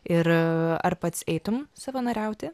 ir ar pats eitum savanoriauti